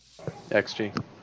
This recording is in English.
xg